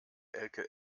elke